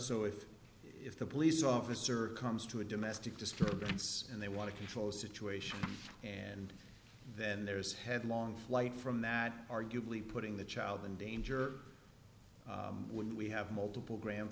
so if if the police officer comes to a domestic disturbance and they want to control the situation and then there is headlong flight from that arguably putting the child in danger when we have multiple gram